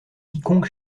quiconque